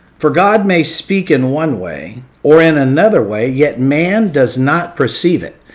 for god may speak in one way or in another way yet man does not perceive it.